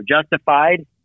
justified